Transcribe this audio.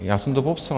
Já jsem to popsal.